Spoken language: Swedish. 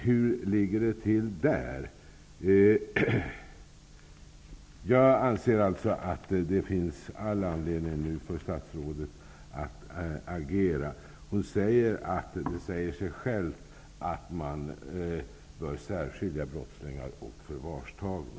Hur ligger det till där? Jag anser alltså att det nu finns all anledning för statsrådet att agera. Hon sade att det säger sig självt att man bör särskilja brottslingar och förvarstagna.